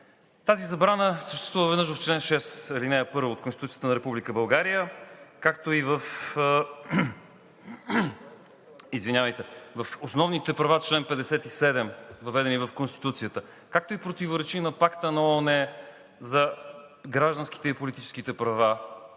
Тази забрана съществува веднъж в чл. 6, ал. 1 от Конституцията на Република България, както и в основните права – чл. 57, въведени в Конституцията, както и противоречи на Пакта на ООН за гражданските и политическите права